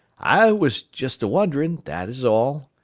i was just a-wonderin', that is all.